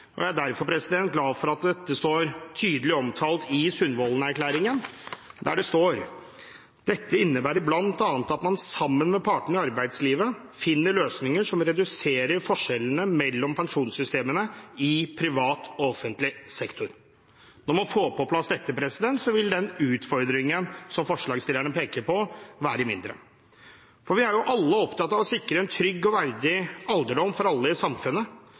og jeg er derfor glad for at dette står tydelig omtalt i Sundvolden-erklæringen. Der står det: «Dette innebærer blant annet at man sammen med partene i arbeidslivet finner løsninger som reduserer forskjellene mellom pensjonssystemene i privat og offentlig sektor.» Når man får på plass dette, vil den utfordringen som forslagsstillerne peker på, være mindre, for vi er alle opptatt av å sikre en trygg og verdig alderdom for alle i samfunnet.